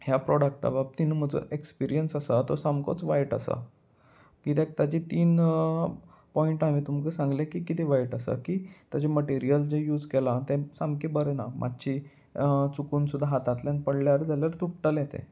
ह्या प्रोडक्टा बाबतीन म्हजो एक्सपिरियन्स आसा तो सामकोच वायट आसा कित्याक ताजी तीन पॉयंट हांवें तुमकां सांगलें की कितेें वायट आसा की ताजें मटेरियल जें यूज केलां तें सामकें बरें ना मात्शें चुकून सुद्दा हातांतल्यान पडल्यार जाल्यार तुटलें तें